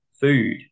food